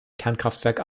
kernkraftwerk